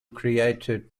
created